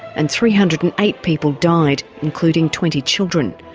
and three hundred and eight people died, including twenty children.